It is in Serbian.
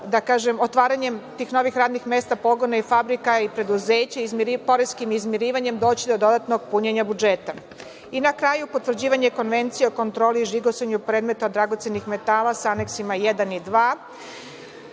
a otvaranjem tih novih radnih mesta, pogona fabrika, preduzeća i poreskim izmirivanjem doći do dodatnog punjenja budžeta.I na kraju, potvrđivanje Konvencije o kontroli i žigosanju predmeta dragocenih metala, sa aneksima 1. i 2,